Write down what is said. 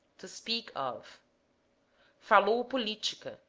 to speak of falou politica,